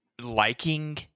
liking